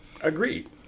agreed